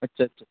اچھا اچھا